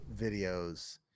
videos